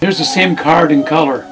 there's the same card in color